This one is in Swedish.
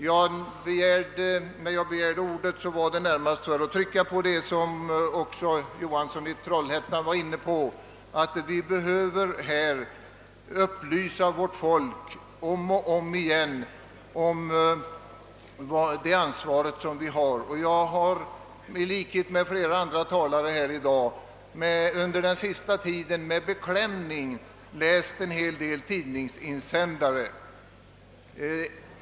Jag vill också framhäva vad herr Johansson i Trollhättan sade om att vi måste upplysa vårt folk om det ansvar det har. Jag har i likhet med flera andra talare i dag på senaste tiden med beklämning läst en hel del tidningsinsändare.